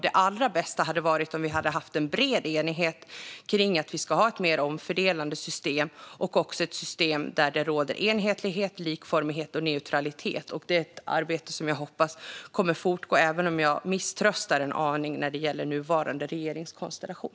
Det allra bästa hade varit om vi haft bred enighet kring att vi ska ha ett mer omfördelande system där det råder enhetlighet, likformighet och neutralitet. Det är ett arbete som jag hoppas kommer att fortgå, även om jag misströstar en aning när det gäller nuvarande regeringskonstellation.